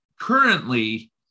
Currently